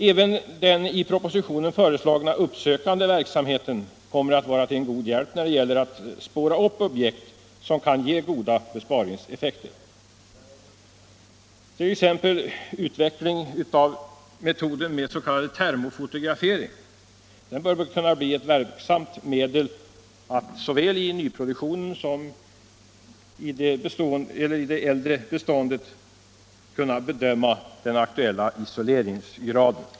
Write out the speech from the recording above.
Även den i propositionen föreslagna uppsökande verksamheten kommer att vara till god hjälp när det gäller att spåra upp objekt, som kan ge goda besparingseffekter. Så bör t.ex. utvecklingen av metoden med s.k. termofotografering kunna ge oss goda möjligheter att, såväl i nyproduktionen som i det äldre beståndet, bedöma isoleringsstandarden.